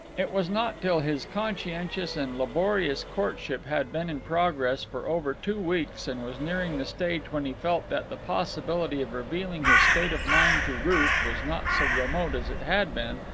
it was not till his conscientious and laborious courtship had been in progress for over two weeks and was nearing the stage when he felt that the possibility of revealing his state of mind to ruth was not so remote as it had been,